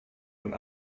und